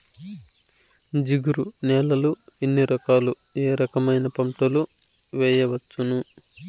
జిగురు నేలలు ఎన్ని రకాలు ఏ రకమైన పంటలు వేయవచ్చును?